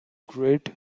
great